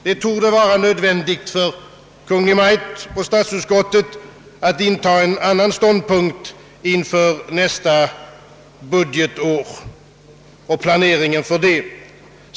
Det torde vara nödvändigt för Kungl. Maj:t och statsutskottet att inta en annan ståndpunkt inför den planering som till nästa budgetår skall göras.